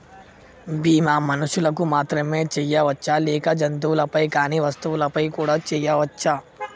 బీమా మనుషులకు మాత్రమే చెయ్యవచ్చా లేక జంతువులపై కానీ వస్తువులపై కూడా చేయ వచ్చా?